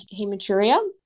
hematuria